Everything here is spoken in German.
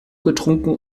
getrunken